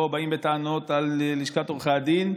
או באים בטענות על לשכת עורכי הדין.